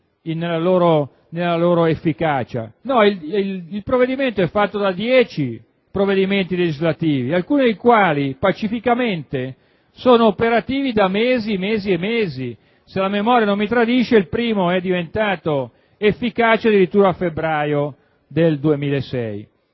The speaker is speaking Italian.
nella loro efficacia. Il provvedimento è formato da dieci provvedimenti legislativi diversi, alcuni dei quali pacificamente sono operativi da mesi e mesi; se la memoria non mi tradisce, il primo è diventato efficace addirittura a febbraio 2006.